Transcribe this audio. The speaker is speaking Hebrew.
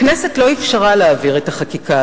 הכנסת לא אפשרה אז להעביר את החקיקה.